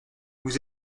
vous